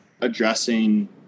addressing